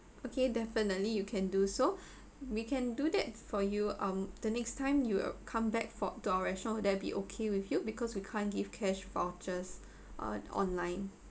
okay definitely you can do so we can do that for you um the next time you come back for to our restaurant will that be okay with you because we can't give cash vouchers uh online